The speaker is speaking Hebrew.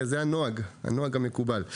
זה הנוהג המקובל.